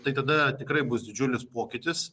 tai tada tikrai bus didžiulis pokytis